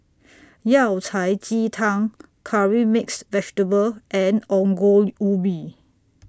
Yao Cai Ji Tang Curry Mixed Vegetable and Ongol Ubi